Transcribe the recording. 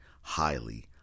highly